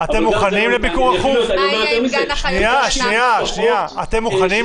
תיקון תקנה 51. בתקנות סמכויות מיוחדות להתמודדות